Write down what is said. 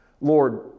Lord